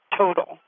total